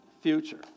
future